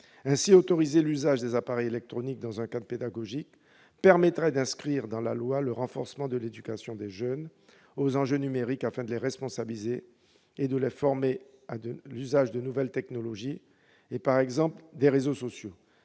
Ainsi, autoriser l'usage des appareils électroniques dans un cadre pédagogique permettrait d'inscrire dans la loi le renforcement de l'éducation des jeunes au regard des enjeux numériques, en vue de les responsabiliser et de les former aux nouvelles technologies. Cela a été dit,